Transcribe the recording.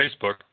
Facebook